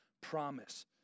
promise